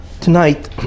Tonight